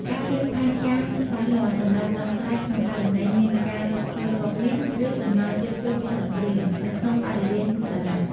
ការរៀបផែនការច្បាស់លាស់សម្រាប់ដោះស្រាយក្នុងករណីមានការរកឃើញគ្រាប់មីន ឬ សំណល់ជាតិផ្ទុះពីសង្គ្រាម នៅក្នុងបរិវេណសាលា។